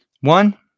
One